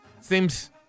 Seems